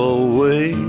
away